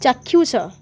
ଚାକ୍ଷୁଷ